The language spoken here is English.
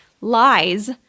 lies